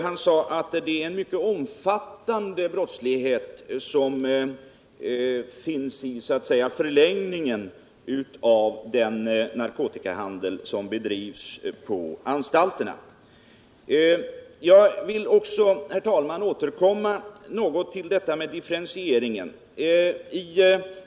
Han sade att det är en mycket omfattande brottslighet som finns så att säga i förlängningen av den narkotikahandel som bedrivs på anstalterna. Jag vill också, herr talman, återkomma till differentieringen.